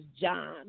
John